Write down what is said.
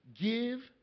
Give